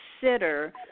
consider